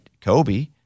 Kobe